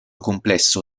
complesso